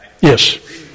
Yes